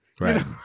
Right